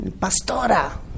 Pastora